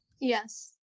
Yes